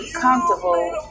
comfortable